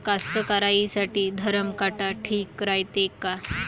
कास्तकाराइसाठी धरम काटा ठीक रायते का?